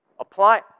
Apply